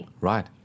Right